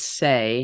say